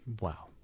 Wow